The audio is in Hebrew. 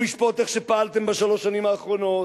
הוא ישפוט איך פעלתם בשלוש השנים האחרונות,